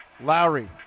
lowry